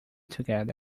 together